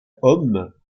hommes